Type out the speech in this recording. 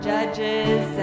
Judges